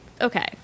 okay